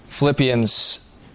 Philippians